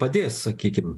padės sakykim